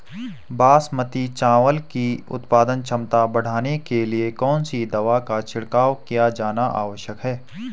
बासमती चावल की उत्पादन क्षमता बढ़ाने के लिए कौन सी दवा का छिड़काव किया जाना आवश्यक है?